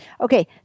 Okay